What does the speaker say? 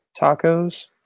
Tacos